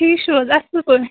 ٹھیٖک چھِو حظ اَصٕل پٲٹھۍ